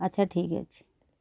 ଆଚ୍ଛା ଠିକ୍ ଅଛି